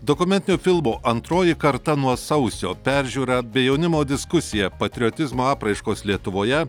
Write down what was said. dokumentinio filmo antroji karta nuo sausio peržiūra bei jaunimo diskusija patriotizmo apraiškos lietuvoje